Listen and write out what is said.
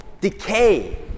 decay